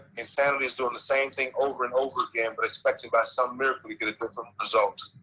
insanity is doing the same thing over and over again but expecting by some miracle you get a different result.